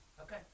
Okay